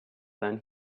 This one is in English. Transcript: then